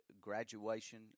graduation